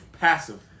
passive